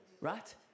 right